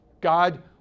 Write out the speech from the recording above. God